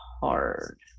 hard